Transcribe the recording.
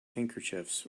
handkerchiefs